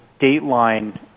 Dateline